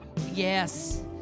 Yes